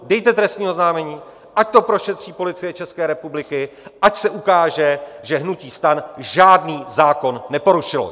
Dejte trestní oznámení, ať to prošetři Policie České republiky, ať se ukáže, že hnutí STAN žádný zákon neporušilo!